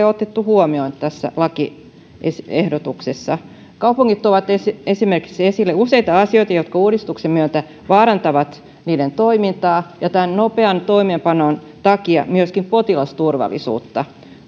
otettu huomioon tässä lakiehdotuksessa kaupungit ovat esimerkiksi ottaneet esille useita asioita jotka uudistuksen myötä vaarantavat niiden toimintaa ja tämän nopean toimeenpanon takia myöskin potilasturvallisuutta